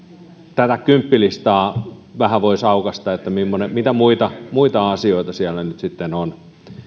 tätä kymppilistaa voisi kuitenkin vähän aukaista mitä muita muita asioita siellä nyt sitten on